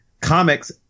comics